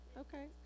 okay